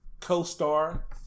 co-star